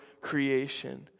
creation